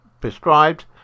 prescribed